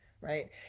right